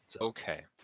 Okay